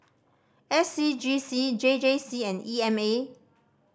S C G C J J C and E M A